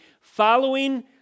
following